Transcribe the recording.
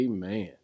Amen